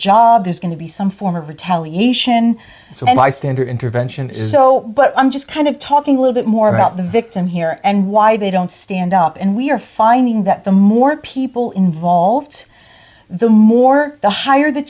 there's going to be some form of retaliation so my standard intervention this is so but i'm just kind of talking a little bit more about the victim here and why they don't stand up and we're finding that the more people involved the more the higher the